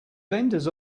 vendors